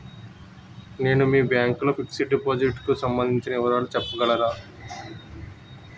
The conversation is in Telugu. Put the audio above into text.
నేను మీ బ్యాంక్ లో ఫిక్సడ్ డెపోసిట్ కు సంబందించిన వివరాలు చెప్పగలరా?